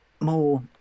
more